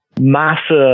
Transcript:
massive